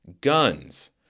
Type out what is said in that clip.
Guns